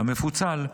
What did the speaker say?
המפוצל,